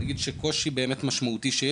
קושי משמעותי היא